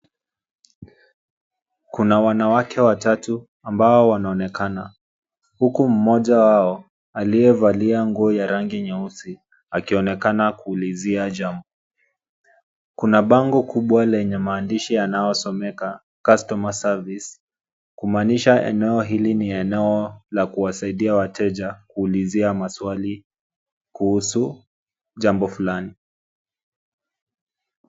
Kuna wanawake watatu, ambao wanaonekana, huku mmoja wao aliyevalia nguo ya rangi nyeusi akionekana kuulizia jambo. Kuna bango kubwa lenye maandishi yanayosomeka customer service kumaanisha eneo hili ni eneo la kuwasaidia wateja kuulizia maswali kuhusu jambo fulani.